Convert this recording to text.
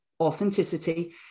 authenticity